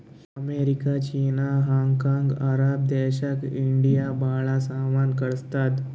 America, China, Hong Kong, Arab ದೇಶಕ್ India ಭಾಳ ಸಾಮಾನ್ ಕಳ್ಸುತ್ತುದ್